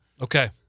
Okay